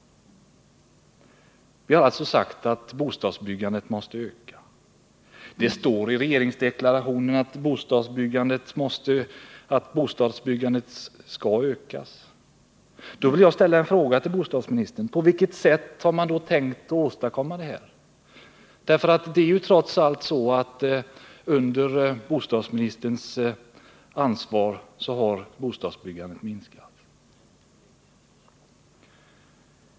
Vi har sagt att bostadsbyggandet måste öka. Det står också i regeringsdeklarationen att bostadsbyggandet skall ökas. Då vill jag ställa en fråga till bostadsministern: På vilket sätt har man tänkt åstadkomma detta? Trots allt har bostadsbyggandet minskat under Birgit Friggebos ansvarsperiod.